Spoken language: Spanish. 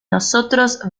nosotros